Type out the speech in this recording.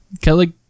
Kelly